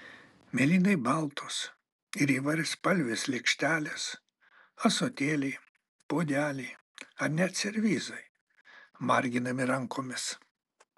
mėlynai baltos ir įvairiaspalvės lėkštelės ąsotėliai puodeliai ar net servizai marginami rankomis